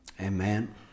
Amen